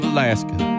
Alaska